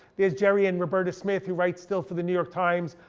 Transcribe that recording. there's jerry and roberta smith, who write still for the new york times,